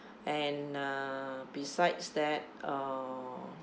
and uh besides that uh